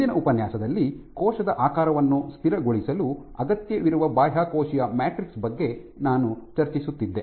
ಹಿಂದಿನ ಉಪನ್ಯಾಸದಲ್ಲಿ ಕೋಶದ ಆಕಾರವನ್ನು ಸ್ಥಿರಗೊಳಿಸಲು ಅಗತ್ಯವಿರುವ ಬಾಹ್ಯಕೋಶೀಯ ಮ್ಯಾಟ್ರಿಕ್ಸ್ ಬಗ್ಗೆ ನಾನು ಚರ್ಚಿಸುತ್ತಿದ್ದೆ